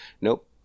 Nope